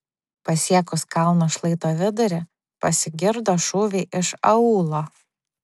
pasiekus kalno šlaito vidurį pasigirdo šūviai iš aūlo